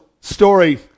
story